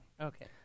Okay